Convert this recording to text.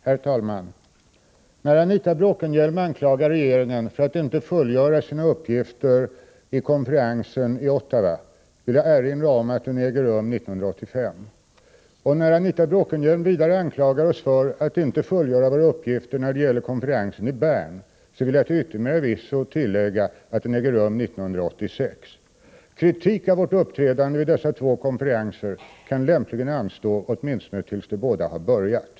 Herr talman! När Anita Bråkenhielm anklagar regeringen för att inte fullgöra sina uppgifter vid konferensen i Ottawa vill jag erinra om att den äger rum under 1985. När Anita Bråkenhielm vidare anklagar oss för att inte fullgöra våra uppgifter när det gäller konferensen i Bern vill jag till yttermera visso tillägga att den äger rum 1986. Kritik av vårt uppträdande vid dessa två konferenser kan lämpligen anstå åtminstone tills de båda har börjat.